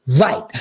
right